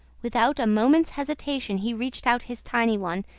without a moment's hesitation he reached out his tiny one,